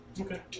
okay